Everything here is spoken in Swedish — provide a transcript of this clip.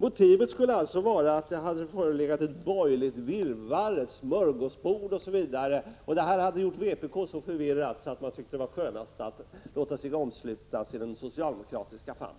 Motivet skulle alltså vara att det hade förelegat ett borgerligt virrvarr, ett smörgåsbord, osv. vilket hade gjort vpk så förvirrat att man tyckte att det var skönast att låta sig omslutas i den socialdemokratiska famnen.